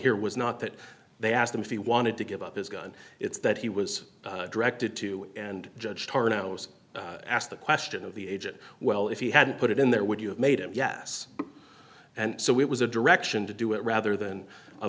here was not that they asked him if he wanted to give up his gun it's that he was directed to and judge tarnower was asked the question of the agent well if he had put it in there would you have made a yes and so it was a direction to do it rather than a